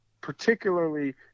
particularly